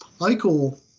Michael